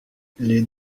les